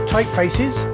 Typefaces